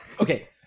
okay